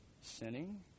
sinning